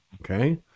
okay